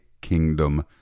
Kingdom